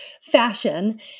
fashion